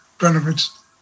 benefits